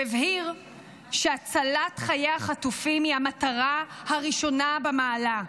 הוא הבהיר שהצלת חיי החטופים היא המטרה הראשונה במעלה,